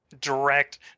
direct